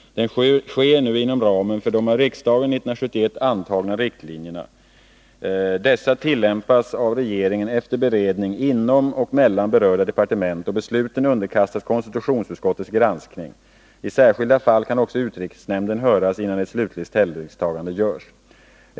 Den sker nu inom ramen för de av riksdagen 1971 antagna riktlinjerna. Dessa tillämpas av regeringen efter beredning inom och mellan berörda departement, och besluten underkastas konstitutionsutskottets granskning. I särskilda fall kan också utrikesnämnden höras, innan ett slutligt ställningstagande görs.